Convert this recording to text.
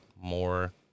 more